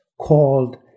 called